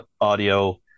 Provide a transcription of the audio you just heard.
audio